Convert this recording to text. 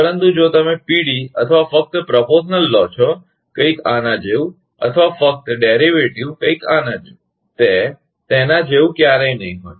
પરંતુ જો તમે Pd અથવા ફક્ત પ્ર્પોશનલ લો છો કંઈક આના જેવું અથવા ફક્ત ડેરીવેટીવ કંઈક આના જેવું તે તેના જેવું ક્યારેય નહીં હોય